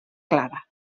clara